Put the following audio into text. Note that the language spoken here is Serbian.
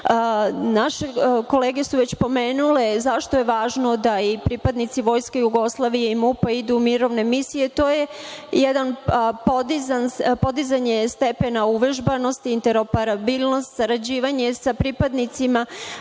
MUP.Naše kolege su već pomenule zašto je važno da i pripadnici Vojske Srbije i MUP idu u mirovne misije, to je podizanje stepena uvežbanosti, interoperabilnost, sarađivanje sa pripadnicima